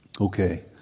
Okay